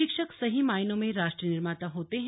शिक्षक सही मायनों में राष्ट्र निर्माता होते हैं